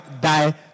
die